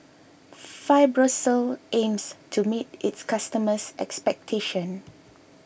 Fibrosol aims to meet its customers' expectation